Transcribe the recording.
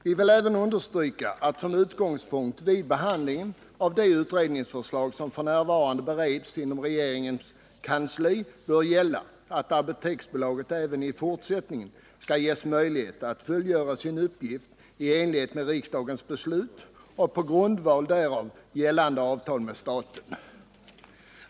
Vi vill även understryka att som utgångspunkt vid behandlingen av de utredningsförslag som f.n. bereds inom regeringens kansli bör gälla att Apoteksbolaget också i fortsättningen skall ges möjlighet att fullgöra sin uppgift i enlighet med riksdagens beslut och på grundval därav gällande avtal med staten.